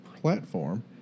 platform